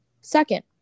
Second